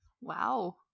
wow